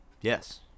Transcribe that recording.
Yes